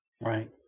Right